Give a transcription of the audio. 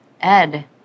Ed